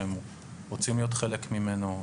שהם רוצים להיות חלק ממנו,